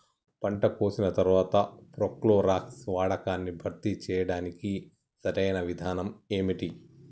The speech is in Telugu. పంట కోసిన తర్వాత ప్రోక్లోరాక్స్ వాడకాన్ని భర్తీ చేయడానికి సరియైన విధానం ఏమిటి?